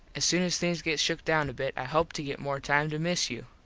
as soon as things get shook down a bit i hope to get more time to miss you.